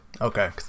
Okay